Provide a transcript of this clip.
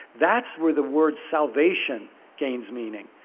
that's where the word salvation gains meaning.